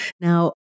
Now